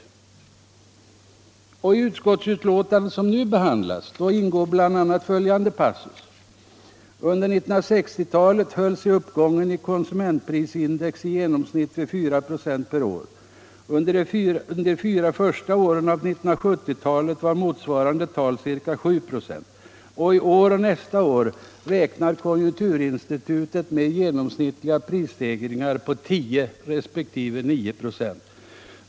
Och i utskottsbetänkandet nr 16, som nu behandlas, ingår bl.a. följande passus: ”Under 1960-talet höll sig uppgången i konsumentprisindex i genomsnitt vid 4 96 per år. Under de fyra första åren av 1970-talet var motsvarande tal ca 7 96. I år och nästa år räknar konjunkturinstitutet med genomsnittliga prisstegringar på 10 resp. 9 26.